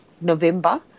November